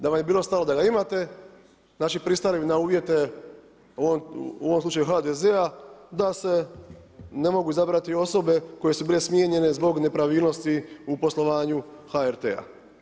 Da vam je bilo stalo da ga imate, znači pristali bi na uvjete, u ovom slučaju HDZ-a da se ne mogu izabrati osobe, koje su bile smijenjene zbog nepravilnosti u poslovanju HRT-a.